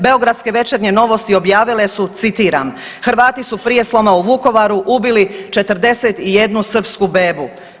Beogradske večernje novosti objavile su citiram: „Hrvati su prije sloma u Vukovaru ubili 41 Srpsku bebu“